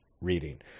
reading